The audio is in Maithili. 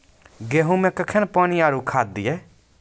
गेहूँ मे कखेन पानी आरु खाद दिये?